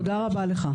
תודה רבה לך.